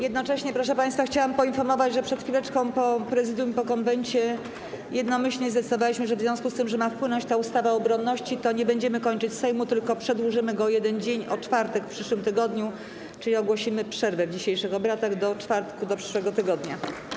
Jednocześnie, proszę państwa, chciałam poinformować, że przed chwileczką po posiedzeniu Prezydium i Konwentu jednomyślnie zdecydowaliśmy, że w związku z tym, że ma wpłynąć ustawa o obronności, nie będziemy kończyć posiedzenia Sejmu, tylko przedłużymy je o 1 dzień, to będzie czwartek w przyszłym tygodniu, czyli ogłosimy przerwę w dzisiejszych obradach do czwartku, do przyszłego tygodnia.